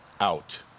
out